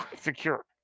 secure